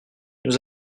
nous